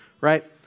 right